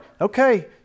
okay